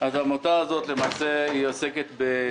זאת אומרת שאפילו